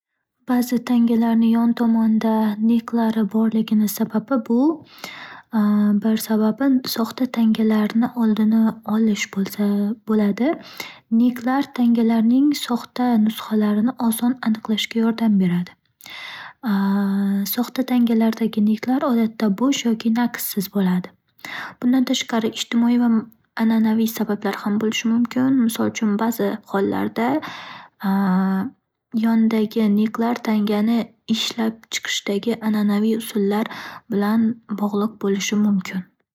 Ba'zi tangalarni yon tomonida niklari borligini sababi bu - bir sababi: soxta tangalarni oldini olish bo'lsaa- bo'ladi. Niklar tangalarning soxta nusxalarini oson aniqlashga yordam beradi. Soxta tangalardagi niklar odatda bo'sh yoki naqshsiz bo'ladi. Bundan tashqari, ijtimoiy va m- an'anaviy sabablar ham bo'lishi mumkin. Misol uchun, ba'zi hollarda yonidagi niklar tangani ishlab chiqishdagi an'anaviy usullar bilan ham bog'liq bo'lishi mumkin.